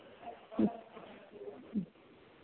ह्म्म ह्म्म